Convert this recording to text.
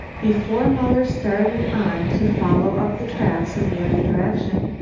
before muller started on to follow up the tracks in the other direction,